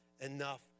enough